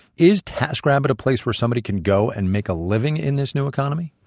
is taskrabbit a place where somebody can go and make a living in this new economy?